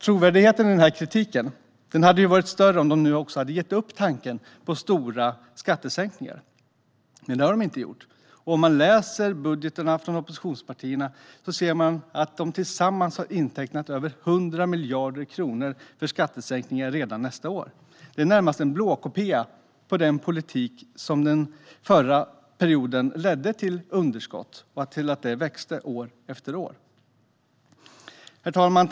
Trovärdigheten i den kritiken hade varit större om de hade gett upp tanken på stora skattesänkningar. Men det har de inte gjort. Om man läser de fem oppositionspartiernas budgetar ser man att de tillsammans har intecknat över 100 miljarder kronor för skattesänkningar redan nästa år. Det är närmast en blåkopia av den politik som under förra mandatperioden ledde till underskott som växte år efter år. Herr talman!